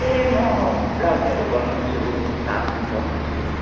ए म ब्लाउजहरू बनाउँछु कुर्ताहरू पनि बनाउँछु